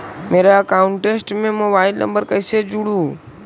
मेरा अकाउंटस में mobile number कैसे जुड़उ?